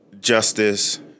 justice